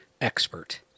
expert